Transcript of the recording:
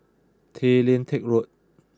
Tay Lian Teck Road